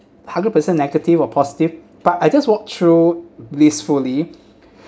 but I just walk through blissfully